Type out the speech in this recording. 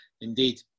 Indeed